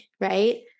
right